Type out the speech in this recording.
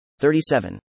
37